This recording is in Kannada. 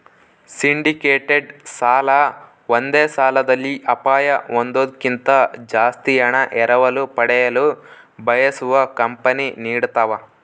ಸಿಂಡಿಕೇಟೆಡ್ ಸಾಲ ಒಂದೇ ಸಾಲದಲ್ಲಿ ಅಪಾಯ ಹೊಂದೋದ್ಕಿಂತ ಜಾಸ್ತಿ ಹಣ ಎರವಲು ಪಡೆಯಲು ಬಯಸುವ ಕಂಪನಿ ನೀಡತವ